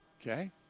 Okay